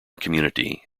community